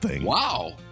wow